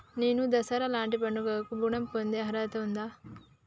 నేను దసరా లాంటి పండుగ కు ఋణం పొందే అర్హత ఉందా?